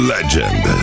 Legend